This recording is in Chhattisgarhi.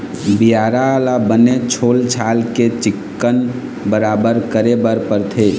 बियारा ल बने छोल छाल के चिक्कन बराबर करे बर परथे